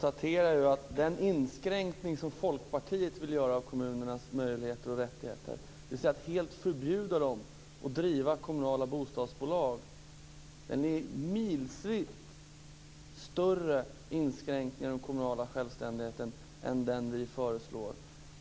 Fru talman! Den inskränkning som Folkpartiet vill göra i kommunernas möjligheter och rättigheter, dvs. att helt förbjuda dem att driva kommunala bostadsbolag, är en milsvitt större inskränkning av den kommunala självständigheten än den vi föreslår.